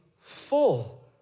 full